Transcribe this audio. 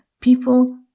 people